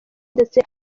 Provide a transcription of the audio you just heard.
ndetse